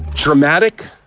dramatic,